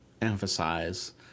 emphasize